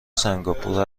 سنگاپور